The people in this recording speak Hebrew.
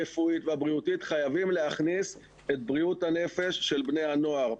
הרפואית והבריאותית חייבים להכניס את בריאות הנפש של בני הנוער,